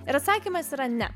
ir atsakymas yra ne